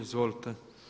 Izvolite.